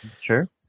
Sure